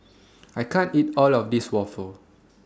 I can't eat All of This Waffle